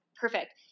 Perfect